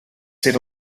sit